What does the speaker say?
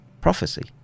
prophecy